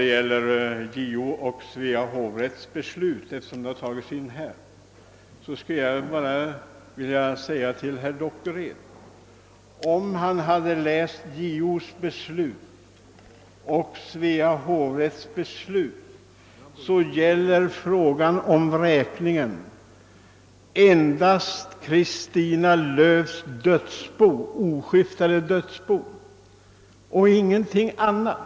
Vad gäller JO:s och Svea hovrätts beslut vill jag säga — eftersom saken förts in i diskussionen — att om herr Dockered tar del av dessa beslut skall han finna att frågan om vräkningen gäller Kerstin Löfs oskiftade dödsbo och ingenting annat.